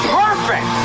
perfect